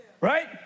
right